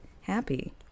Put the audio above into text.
happy